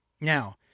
Now